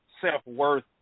self-worth